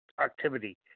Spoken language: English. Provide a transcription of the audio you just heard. activity